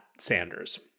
Sanders